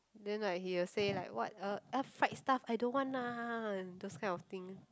then like he will say like what uh all fried stuff I don't want lah those kind of thing